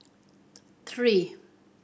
three